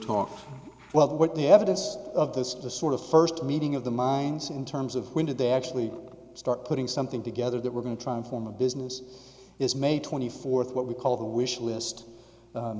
talked well what the evidence of this is the sort of first meeting of the minds in terms of when did they actually start putting something together that we're going to try and form a business is may twenty fourth what we call the wish list